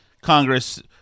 Congress